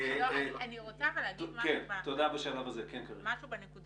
השתנה דבר או